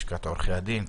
לשכת עורכי הדין,